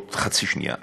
עוד חצי שנייה.